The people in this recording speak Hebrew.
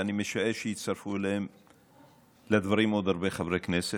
ואני משער שיצטרפו לדברים עוד הרבה חברי כנסת.